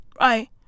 right